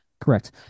Correct